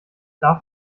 darf